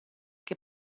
che